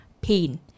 pain